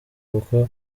kuko